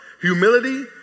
humility